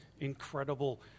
incredible